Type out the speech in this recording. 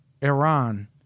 Iran